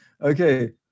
okay